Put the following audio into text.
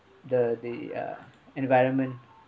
the the uh environment